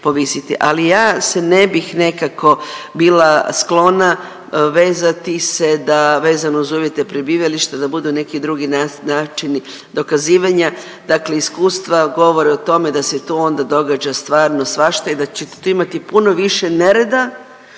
Ali ja se ne bih nekako bila sklona vezati se da vezano uz uvjete prebivališta da budu neki drugi načini dokazivanja. Dakle, iskustva govore o tome da se tu onda događa stvarno svašta i da će tu imati puno više nereda